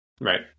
Right